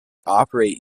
operate